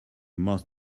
most